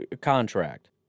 contract